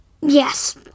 Yes